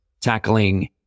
tackling